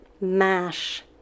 Mash